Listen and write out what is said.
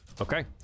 Okay